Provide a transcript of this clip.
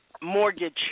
mortgage